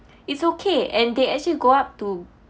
it's okay and they actually go up to